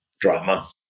Drama